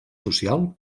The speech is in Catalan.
social